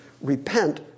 repent